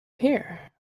here